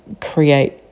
create